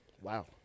Wow